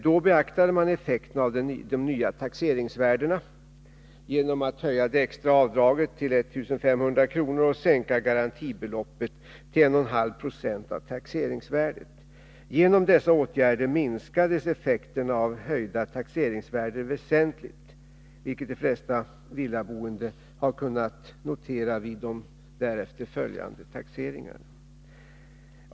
Då beaktade man effekten av de nya taxeringsvärdena genom att höja det extra avdraget till 1 500 kr. och sänka garantibeloppet till 1,5 96 av taxeringsvärdet. Genom dessa åtgärder minskades effekten av höjda taxeringsvärden väsentligt, vilket de flesta villaboende har kunnat notera vid de därefter följande taxeringarna.